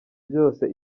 byose